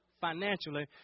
financially